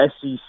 SEC